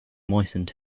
moistened